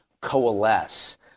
coalesce